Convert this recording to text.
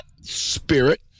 spirit